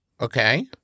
Okay